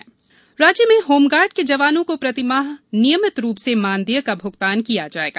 home guard मानदेय राज्य में होमगार्ड के जवानों को प्रतिमाह नियमित रूप से मानदेय का भ्गतान किया जाएगा